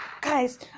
guys